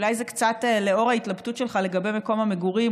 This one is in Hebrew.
לאור ההתלבטות שלך לגבי מקום המגורים,